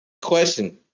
Question